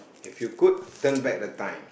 if you could turn back the time